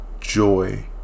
joy